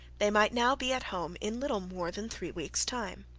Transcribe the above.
they might now be at home in little more than three weeks' time.